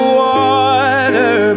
water